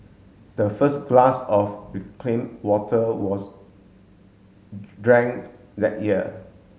the first glass of reclaimed water was drank that year